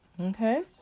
Okay